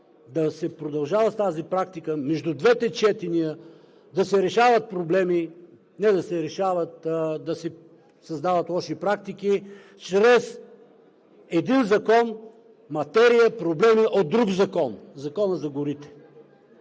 да се продължава с тази практика между двете четения да не се решават проблеми, а да се създават лоши практики чрез един закон, материя, с проблеми от друг закон – Закона за горите?!